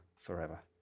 forever